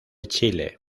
chile